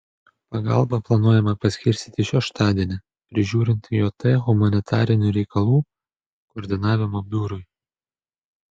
pagalbą planuojama paskirstyti šeštadienį prižiūrint jt humanitarinių reikalų koordinavimo biurui